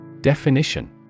Definition